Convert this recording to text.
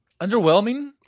underwhelming